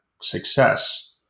success